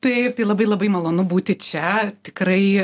taip tai labai labai malonu būti čia tikrai